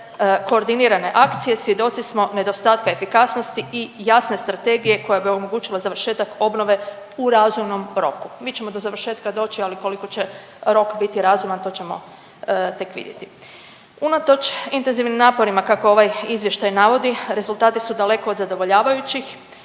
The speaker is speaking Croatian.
koordinirane akcije svjedoci smo nedostatka efikasnosti i jasne strategije koja bi omogućila završetak obnove u razumnom roku. Mi ćemo do završetka doći ali koliko će rok biti razuman to ćemo tek vidjeti. Unatoč intenzivnim naporima kako ovaj izvještaj navodi rezultati su daleko od zadovoljavajućih.